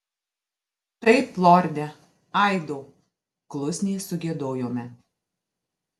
taip lorde aido klusniai sugiedojome